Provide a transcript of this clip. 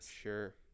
sure